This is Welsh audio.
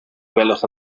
gwelwch